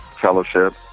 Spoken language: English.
fellowship